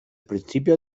principio